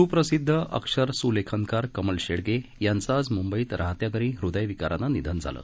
स्प्रसिदध अक्षरस्लेखनकार कमल शेडगे यांचं आज मुंबईत राहत्या घरी हृदयविकारानं निधन झालं